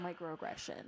microaggression